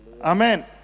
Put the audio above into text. Amen